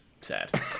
sad